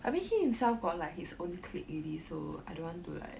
I mean he himself got like his own clique you already so I don't want to like